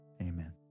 amen